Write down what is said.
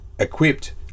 Equipped